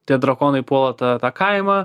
tie drakonai puola tą tą kaimą